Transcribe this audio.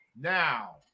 Now